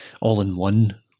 all-in-one